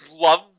love